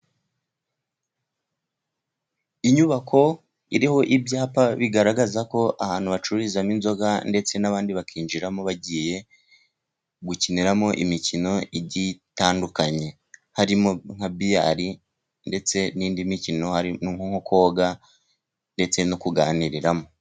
Inyubako iriho ibyapa bigaragaza ko ahantu bacururizamo inzoga ndetse n'abandi bakinjiramo bagiye gukiniramo imikino itandukanye, harimo nka biyali ndetse n'indi mikino, hari nko koga ndetse no kuganiriramo.